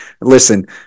listen